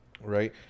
right